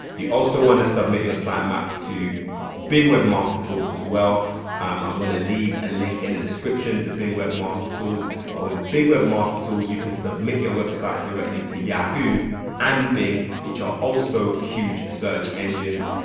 you also want to submit your sitemap to bing webmaster tools as well um i'm gonna leave a link in the description to bing webmaster tools but with bing webmaster tools you can submit your website directly to yahoo and bing which are also huge search engines.